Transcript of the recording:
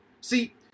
See